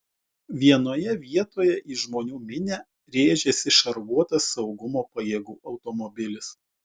vienoje vietoje į žmonių minią rėžėsi šarvuotas saugumo pajėgų automobilis